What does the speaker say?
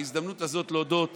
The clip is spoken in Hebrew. בהזדמנות הזאת, להודות